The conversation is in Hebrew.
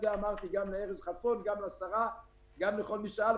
זה אמרתי גם לארז חלפון וגם לשרה ולכל מי ששאל.